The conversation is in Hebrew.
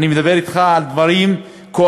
אני מדבר אתך על דברים כואבים.